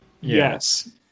Yes